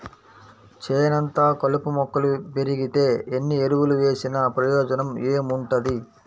చేనంతా కలుపు మొక్కలు బెరిగితే ఎన్ని ఎరువులు వేసినా ప్రయోజనం ఏముంటది